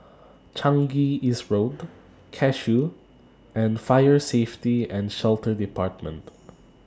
Changi East Road Cashew and Fire Safety and Shelter department